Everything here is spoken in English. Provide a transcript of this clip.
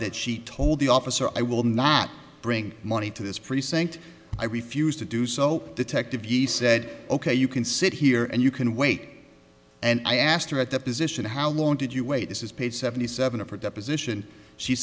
that she told the officer i will not bring money to this precinct i refused to do so detective ye said ok you can sit here and you can wait and i asked her at the position how long did you wait this is page seventy seven of her deposition she